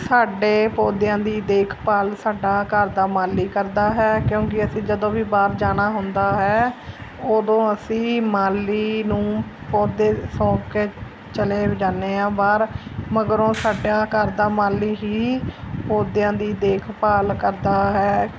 ਸਾਡੇ ਪੌਦਿਆਂ ਦੀ ਦੇਖਭਾਲ ਸਾਡਾ ਘਰ ਦਾ ਮਾਲੀ ਕਰਦਾ ਹੈ ਕਿਉਂਕਿ ਅਸੀਂ ਜਦੋਂ ਵੀ ਬਾਹਰ ਜਾਣਾ ਹੁੰਦਾ ਹੈ ਉਦੋਂ ਅਸੀਂ ਮਾਲੀ ਨੂੰ ਪੌਦੇ ਸੌਂਪ ਕੇ ਚਲ ਵੀ ਜਾਂਦੇ ਹਾਂ ਬਾਹਰ ਮਗਰੋਂ ਸਾਡਾ ਘਰ ਦਾ ਮਾਲੀ ਹੀ ਪੌਦਿਆਂ ਦੀ ਦੇਖਭਾਲ ਕਰਦਾ ਹੈ